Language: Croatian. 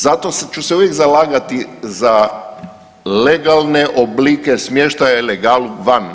Zato ću se uvijek zalagati za legalne oblike smještaja, ilegal van.